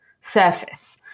surface